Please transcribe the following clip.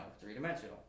three-dimensional